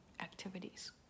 activities